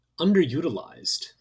underutilized